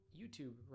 youtube